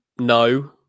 No